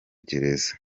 gereza